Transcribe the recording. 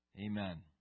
Amen